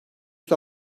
yüz